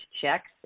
checks